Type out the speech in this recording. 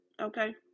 okay